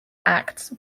acts